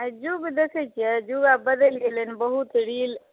युग देखैत छियै युग आब बदलि गेलनि बहुत रील